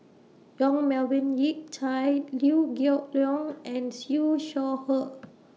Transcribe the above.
Yong Melvin Yik Chye Liew Geok Leong and Siew Shaw Her